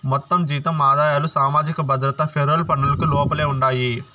మొత్తం జీతం ఆదాయాలు సామాజిక భద్రత పెరోల్ పనులకు లోపలే ఉండాయి